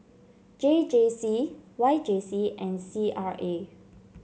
J J C Y J C and C R A